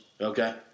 Okay